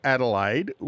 Adelaide